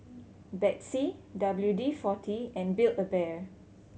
Betsy W D Forty and Build A Bear